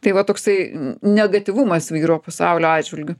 tai va toksai negatyvumas vyrų pasaulio atžvilgiu